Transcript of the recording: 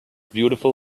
beautiful